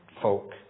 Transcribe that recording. folk